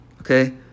Okay